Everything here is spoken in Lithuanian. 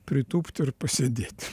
pritūpt ir pasėdėt